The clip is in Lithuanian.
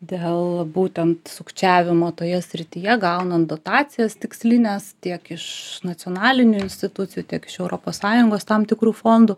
dėl būtent sukčiavimo toje srityje gaunant dotacijas tikslines tiek iš nacionalinių institucijų tiek iš europos sąjungos tam tikrų fondų